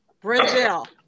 Brazil